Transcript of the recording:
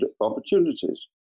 opportunities